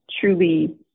truly